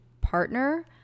partner